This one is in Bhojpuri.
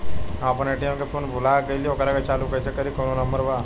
हम अपना ए.टी.एम के पिन भूला गईली ओकरा के चालू कइसे करी कौनो नंबर बा?